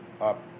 up